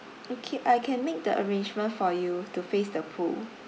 okay I can make the arrangement for you to face the pool